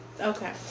okay